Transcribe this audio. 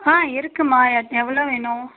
இருக்குதும்மா எது எவ்வளோ வேணும்